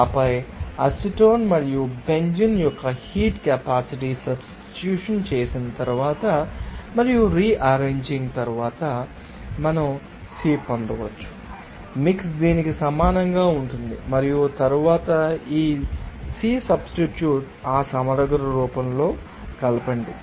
ఆపై అసిటోన్ మరియు బెంజీన్ యొక్క హీట్ కెపాసిటీ సబ్స్టిట్యూషన్ చేసిన తరువాత మరియు రి ఆరేంజింగ్ తరువాత మనం Cpmix పొందవచ్చు మిక్స్ దీనికి సమానంగా ఉంటుంది మరియు తరువాత ఈ Cpmix సబ్స్టిట్యూషన్ ఆ సమగ్ర రూపంలో కలపండి